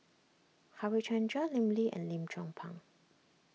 Harichandra Lim Lee and Lim Chong Pang